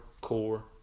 core